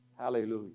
Hallelujah